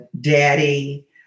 Daddy